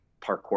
parkour